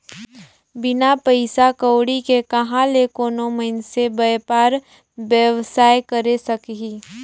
बिन पइसा कउड़ी के कहां ले कोनो मइनसे बयपार बेवसाय करे सकही